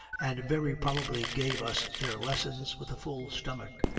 and very probably gave us their lessons with a full stomach.